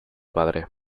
padre